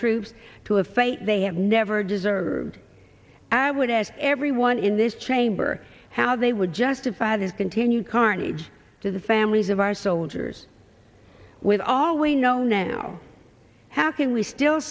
troops to a fight they have never deserved and i would ask everyone in this chamber how they would justify this continued carnage to the families of our soldiers with all we know now how can we still